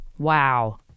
Wow